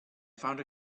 found